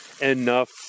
enough